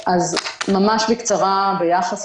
ממש בקצרה ביחס